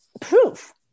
proof